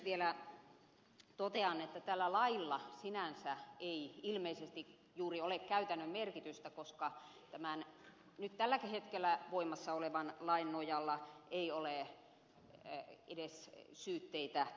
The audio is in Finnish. vielä totean että tällä lailla sinänsä ei ilmeisesti juuri ole käytännön merkitystä koska nyt tälläkin hetkellä voimassa olevan lain nojalla ei ole edes syytteitä nostettu